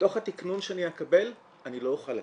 מתוך התקנון שאני אקבל אני לא אוכל לתת,